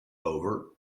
over